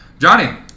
Johnny